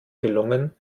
gelungen